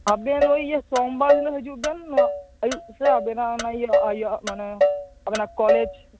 ᱟᱵᱮᱱ ᱳᱭ ᱤᱭᱚ ᱥᱚᱢᱵᱟᱨ ᱦᱤᱞᱚᱜ ᱦᱟᱡᱩᱜᱵᱮᱱ ᱱᱚᱭᱟ ᱟᱭᱩᱵ ᱥᱮᱫ ᱟᱵᱮᱱᱟᱜ ᱚᱱᱟ ᱤᱭᱚ ᱥᱮ ᱤᱭᱚ ᱢᱟᱱᱮ ᱟᱵᱮᱱᱟᱜ ᱠᱚᱞᱮᱡᱽ